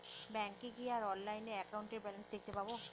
ব্যাঙ্কে গিয়ে আর অনলাইনে একাউন্টের ব্যালান্স দেখতে পাবো